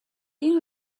این